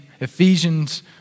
Ephesians